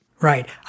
Right